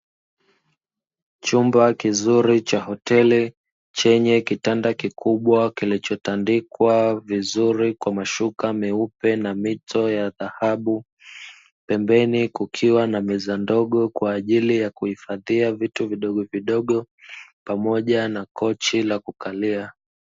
Chumba kizuri cha hoteli chenye kitanda kikubwa kilichotandikwa vizuri kwa mashuka meupe na mito ya dhahabu. Pembeni kukiwa na meza ndogo kwaajili ya kuhifadhia vitu vidogo vidogo pamoja na kochi la kukalia.